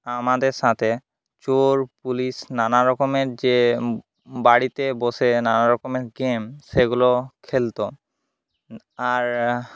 আমাদের সাথে চোর পুলিশ নানা রকমের যে বাড়িতে বসে নানা রকমের গেম সেগুলো খেলতো আর